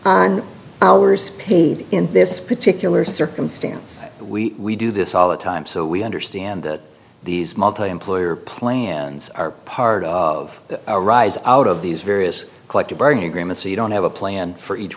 paid in this particular circumstance we do this all the time so we understand these multiemployer plans are part of a rise out of these various collective bargaining agreement so you don't have a plan for each